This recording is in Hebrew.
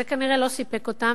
זה כנראה לא סיפק אותם,